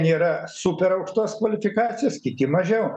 nėra super aukštos kvalifikacijos kiti mažiau